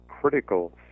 critical